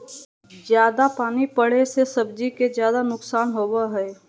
जयादा पानी पड़े से सब्जी के ज्यादा नुकसान होबो हइ